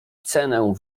cenę